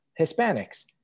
hispanics